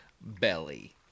belly